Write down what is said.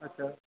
अच्छा